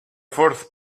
fourth